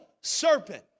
serpent